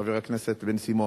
חבר הכנסת בן סימון.